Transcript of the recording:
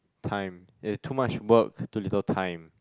time there is too much work too little time